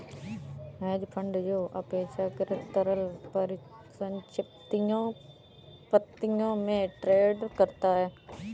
hedge fund जो अपेक्षाकृत तरल परिसंपत्तियों में ट्रेड करता है